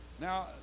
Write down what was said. Now